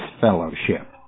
fellowship